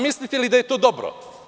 Mislite li da je to dobro?